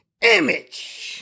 Image